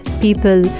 people